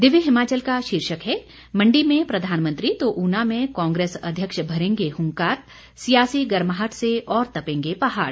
दिव्य हिमाचल का शीर्षक है मंडी में प्रधानमंत्री तो ऊना में कांग्रेस अध्यक्ष भरेंगे हुंकार सियासी गरमाहट से और तपेंगे पहाड़